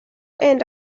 and